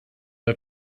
are